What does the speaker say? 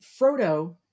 Frodo